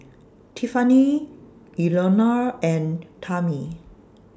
Tiffanie Elnora and Tami